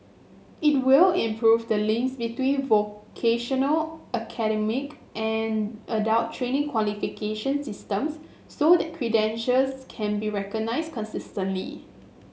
it will improve the links between vocational and adult training qualification systems so that credentials can be recognised consistently